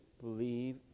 believe